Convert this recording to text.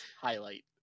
highlight